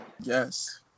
Yes